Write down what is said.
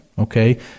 Okay